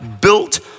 built